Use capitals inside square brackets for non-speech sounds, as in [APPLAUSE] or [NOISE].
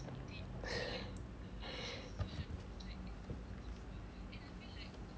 [LAUGHS]